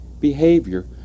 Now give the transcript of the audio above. behavior